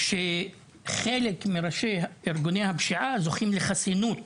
שחלק מראשי ארגוני הפשיעה, זוכים לחסינות